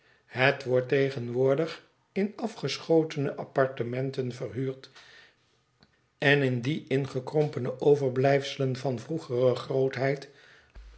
het wordt tegenwoordig in afgeschotene apartementen verhuurd en in die ingekrompene overblijfselen van vroegere grootheid